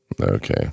Okay